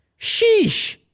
Sheesh